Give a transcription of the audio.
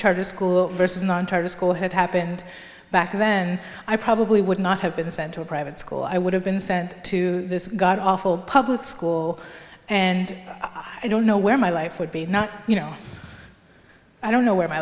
charter school versus non target school had happened back then i probably would not have been sent to a private school i would have been sent to this god awful public school and i don't know where my life would be now you know i don't know where my